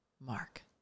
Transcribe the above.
mark